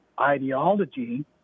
ideology